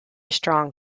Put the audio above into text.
strong